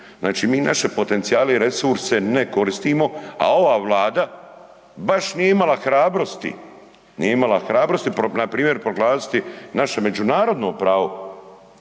Znači mi naše potencijale i resurse ne koristimo, a ova Vlada baš nije imala hrabrosti, nije imala hrabrosti npr. proglasiti naše međunarodno pravo,